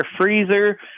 freezer